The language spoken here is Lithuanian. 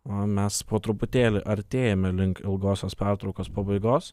o mes po truputėlį artėjame link ilgosios pertraukos pabaigos